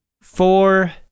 four